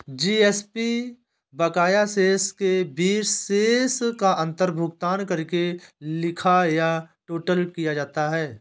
GAP बकाया शेष के बीच शेष अंतर का भुगतान करके लिखा या टोटल किया जाता है